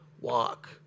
walk